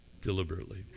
deliberately